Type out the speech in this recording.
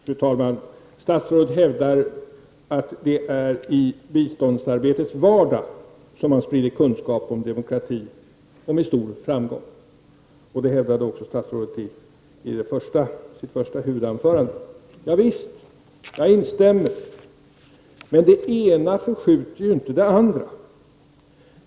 Fru talman! Statsrådet hävdar att det är i biståndsarbetets vardag som man sprider kunskap om demokrati och att det görs med stor framgång. Det hävdade statsrådet också i sitt huvudanförande. Jovisst, jag instämmer. Det ena förskjuter dock inte det andra.